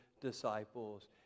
disciples